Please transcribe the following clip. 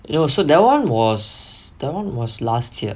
eh also that [one] was that [one] was last year